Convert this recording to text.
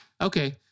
okay